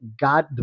God